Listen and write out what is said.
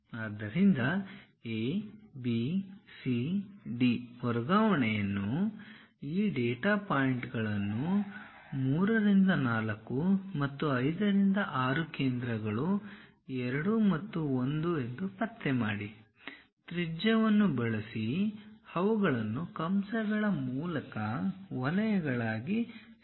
ಆದ್ದರಿಂದ ABCD ವರ್ಗಾವಣೆಯನ್ನು ಈ ಡೇಟಾ ಪಾಯಿಂಟ್ಗಳನ್ನು 3 4 ಮತ್ತು 5 6 ಕೇಂದ್ರಗಳು 2 ಮತ್ತು 1 ಪತ್ತೆ ಮಾಡಿ ತ್ರಿಜ್ಯವನ್ನು ಬಳಸಿ ಅವುಗಳನ್ನು ಕಂಸಗಳ ಮೂಲಕ ವಲಯಗಳಾಗಿ ಸೇರಿಕೊಳ್ಳುತ್ತದೆ